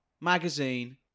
magazine